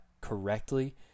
correctly